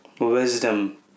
wisdom